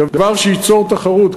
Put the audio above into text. זה דבר שייצור תחרות.